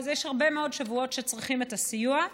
יש הרבה מאוד שבועות שבהם צריכים את הסיוע.